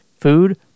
food